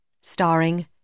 starring